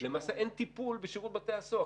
למעשה אין טיפול בשירות בתי הסוהר.